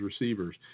receivers